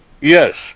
Yes